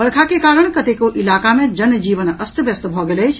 वर्षा के कारण कतेको इलाका मे जन जीवन अस्त व्यस्त भऽ गेल अछि